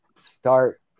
start